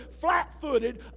flat-footed